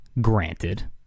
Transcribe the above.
Granted